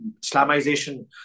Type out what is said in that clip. slamization